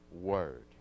word